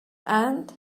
and